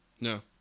No